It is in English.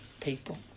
people